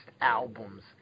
albums